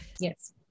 yes